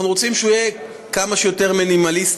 אנחנו רוצים שהוא יהיה כמה שיותר מינימלי,